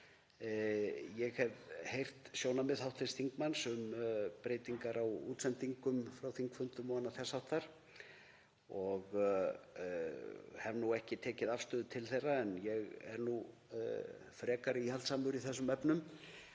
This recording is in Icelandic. Ég hef heyrt sjónarmið hv. þingmanns um breytingar á útsendingum frá þingfundum og annað þess háttar og hef nú ekki tekið afstöðu til þeirra. Ég er frekar íhaldssamur í þessum efnum